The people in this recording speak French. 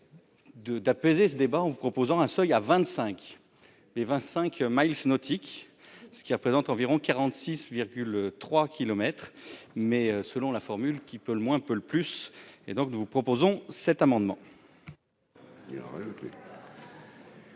d'apaiser ce débat en vous proposant un seuil à 25 les vingt-cinq mille nautique, ce qui représente environ 46,3 kilomètres mais, selon la formule qui peut le moins peut le plus, et donc, nous vous proposons cet amendement.